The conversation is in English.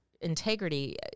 integrity